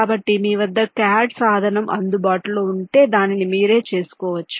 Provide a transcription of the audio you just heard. కాబట్టి మీ వద్ద CAD సాధనం అందుబాటులో ఉంటే దానిని మీరే చేసుకోవచ్చు